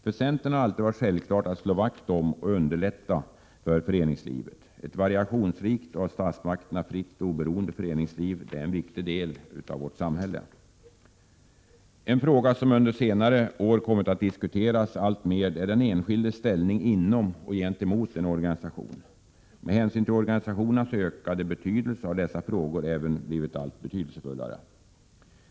För centern har det alltid varit självklart att slå vakt om och underlätta för föreningslivet. Ett variationsrikt och av statsmakterna fritt och oberoende föreningsliv är en viktig del av vårt samhälle. En fråga som under senare år kommit att diskuteras alltmer är den enskildes ställning inom eller gentemot en organisation. Med hänsyn till organisationernas ökade betydelse har dessa frågor även blivit allt viktigare.